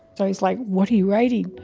so he's like, what are you writing?